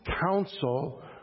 counsel